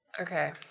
Okay